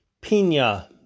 Pina